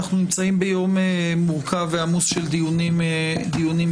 אנחנו נמצאים ביום מורכב ועמוס של דיונים בכנסת.